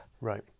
right